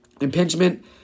impingement